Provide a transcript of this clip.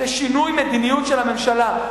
זה שינוי מדיניות של הממשלה.